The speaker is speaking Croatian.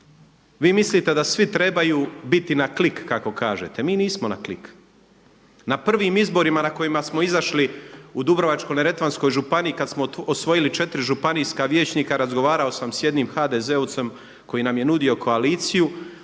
Vi mislite da svi trebaju biti na klik kako kažete, mi nismo na klik. Na prvim izborima na kojima smo izašli u Dubrovačko-neretvanskoj županiji kad smo osvojili četiri županijska vijećnika razgovarao sam s jednim HDZ-ovcem koji nam je nudio koaliciju